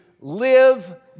live